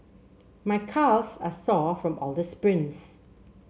my calves are sore from all the sprints